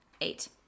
eight